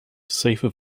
safer